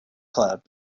club